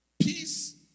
Peace